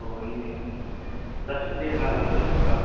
ஓ நீங்கள் சர்டிஃபிகேட்லாம் ஏதாவது வச்சுருக்கீங்களா